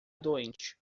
doente